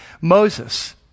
Moses